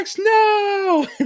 no